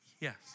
Yes